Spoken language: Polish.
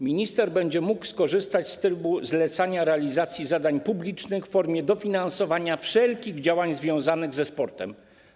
Minister będzie mógł skorzystać z trybu zlecania realizacji zadań publicznych w formie dofinansowania wszelkich działań związanych ze sportem.